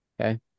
Okay